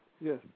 Yes